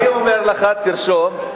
אני אומר לך: תרשום,